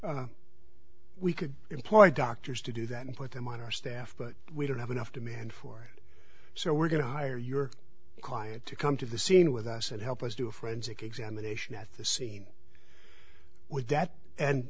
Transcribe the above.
scene we could employ doctors to do that and put them on our staff but we don't have enough demand for it so we're going to hire your client to come to the scene with us and help us do a forensic examination at the scene with that and